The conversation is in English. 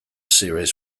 series